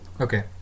okay